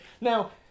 Now